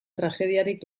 tragediarik